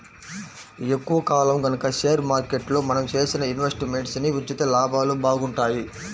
ఎక్కువ కాలం గనక షేర్ మార్కెట్లో మనం చేసిన ఇన్వెస్ట్ మెంట్స్ ని ఉంచితే లాభాలు బాగుంటాయి